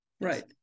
Right